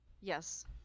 Yes